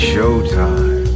Showtime